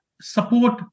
support